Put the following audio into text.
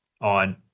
on